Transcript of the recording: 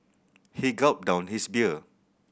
he gulped down his beer